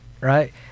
right